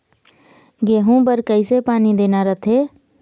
गेहूं बर कइसे पानी देना रथे?